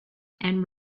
and